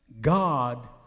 God